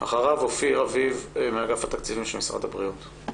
אחריו אופיר אביב מאגף התקציבים של משרד הבריאות.